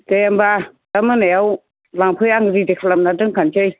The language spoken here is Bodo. दे होमब्ला दा मोनायाव लांफै आं रेडि खालामना दोनखानसै